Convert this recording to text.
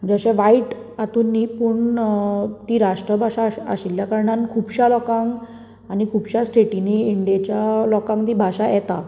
जशें वायट हातून न्ही पूण अ ती राष्ट्रभाषा आशिल्ल्या कारणान खुबश्या लोकांक आनी खुबश्या स्टेटिंनी इंडीयेच्या लोकांक ती भाशा येता